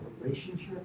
relationship